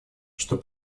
что